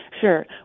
sure